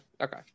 okay